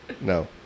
No